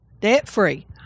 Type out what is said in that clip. Debt-free